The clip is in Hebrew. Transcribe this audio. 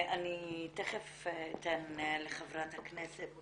אני תיכף אתן לחברת הכנסת